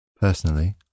Personally